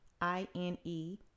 I-N-E